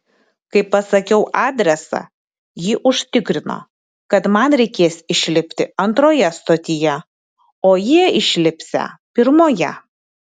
kai pasakiau adresą ji užtikrino kad man reikės išlipti antroje stotyje o jie išlipsią pirmoje